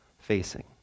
facing